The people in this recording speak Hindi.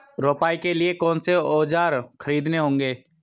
रोपाई के लिए कौन से औज़ार खरीदने होंगे?